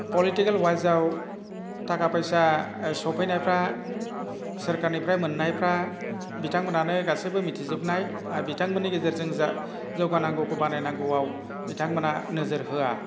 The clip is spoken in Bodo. पलिटिकेल वायसआव थाखा फैसा सफैनायफोरा सोरखारनिफ्राय मोननायफ्रा बिथांमोनहानो गासैबो मिथिजोबनाय आरो बिथांमोननि गेजेरजों जा जौगानांगौखौ बानायनांगौआव बिथांमोनहा नोजोर होया